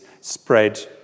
spread